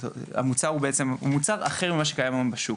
המוצר הוא בעצם מוצר אחר ממה שקיים היום בשוק,